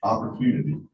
Opportunity